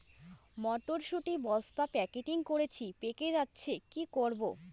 মটর শুটি বস্তা প্যাকেটিং করেছি পেকে যাচ্ছে কি করব?